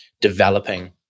developing